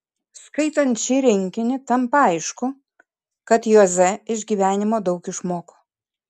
skaitant šį rinkinį tampa aišku kad joze iš gyvenimo daug išmoko